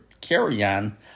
carry-on